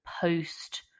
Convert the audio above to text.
post